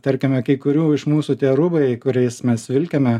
tarkime kai kurių iš mūsų tie rūbai kuriais mes vilkime